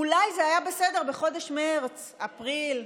אולי זה היה בסדר בחודש מרץ, אפריל,